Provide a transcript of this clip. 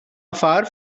afar